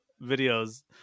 videos